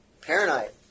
paranoid